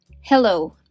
Hello